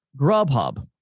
Grubhub